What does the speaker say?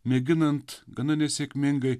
mėginant gana nesėkmingai